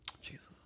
jesus